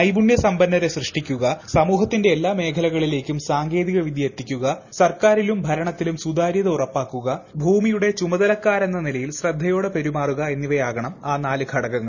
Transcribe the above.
നൈപുണ്യസമ്പന്നരെ സൃഷ്ടിക്കുക സമൂഹത്തിന്റെ എല്ലാ മേഖലകളിലേക്കും സാങ്കേതിക വിദ്യ എത്തിക്കുക സർക്കാരിലും ഭരണത്തിലും സുതാര്യത ഉറപ്പാക്കുക ഭൂമിയുടെ ചുമതലക്കാരെന്ന നിലയിൽ ശ്രദ്ധയോടെ പെരുമാറുക എന്നിവയാകണം ആ നാല് ഘടകങ്ങൾ